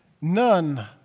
none